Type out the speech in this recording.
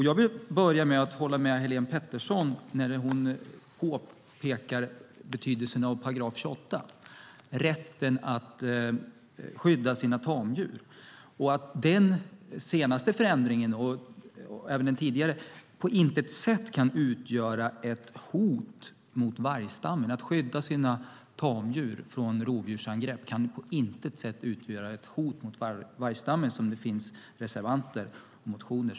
Jag vill börja med att hålla med Helén Pettersson när hon pekar på betydelsen av § 28, rätten att skydda sina tamdjur. Den senaste förändringen och även en tidigare kan på intet sätt utgöra ett hot mot vargstammen. Att skydda sina tamdjur från rovdjursangrepp kan på intet sätt utgöra ett hot mot vargstammen, som det påstås i reservationer och motioner.